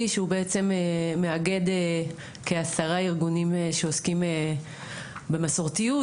שהוא בעצם מאגד כעשרה ארגונים שעוסקים במסורתיות,